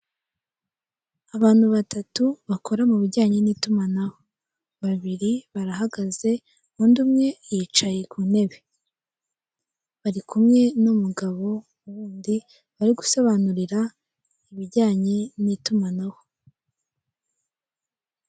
Abantu batatu bakora mubijyanye n'itumanaho, babiri barahagaze undi umwe yicaye kuntebe, bari kumwe n'umugabo w'undi bari gusobanurira ibijyanye n'itumanaho.